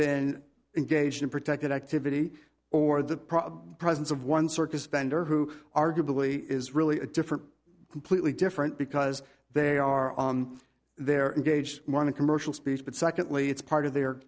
been engaged in protected activity or the presence of one circus vendor who arguably is really a different completely different because they are on their engaged in commercial speech but secondly it's part of their